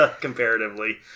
comparatively